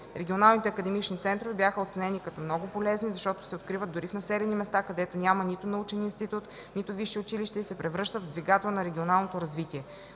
Регионалните академични центрове бяха оценени като много полезни, защото се откриват дори в населени места, където няма нито научен институт, нито висше училище и се превръщат в двигател за регионалното развитие.